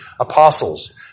apostles